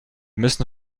müssen